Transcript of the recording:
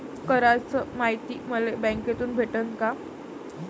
कराच मायती मले बँकेतून भेटन का?